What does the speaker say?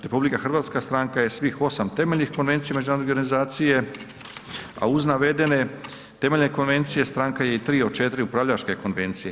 RH stranka je svih 8 temeljnih konvencija Međunarodne organizacija a uz navedene temeljne konvencije stranka je i 3 od 4 upravljačke konvencije.